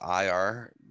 IR